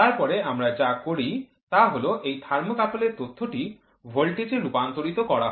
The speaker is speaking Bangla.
তারপরে আমরা যা করি তা হল এই থার্মোকাপল এর তথ্যটি ভোল্টেজে রূপান্তরিত করা হয়